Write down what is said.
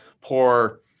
poor